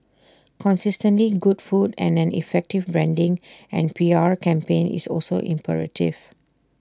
consistently good food and an effective branding and P R campaign is also imperative